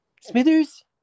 Smithers